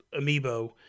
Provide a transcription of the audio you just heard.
Amiibo